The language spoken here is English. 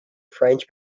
french